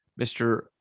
Mr